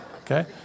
Okay